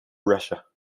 russia